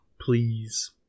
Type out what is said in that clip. please